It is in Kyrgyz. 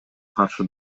каршы